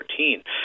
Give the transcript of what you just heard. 2014